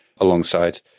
alongside